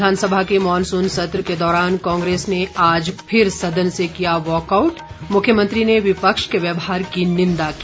विधानसभा के मॉनसून सत्र के दौरान कांग्रेस ने आज फिर सदन से किया वॉकआउट मुख्यमंत्री ने विपक्ष के व्यवहार की निंदा की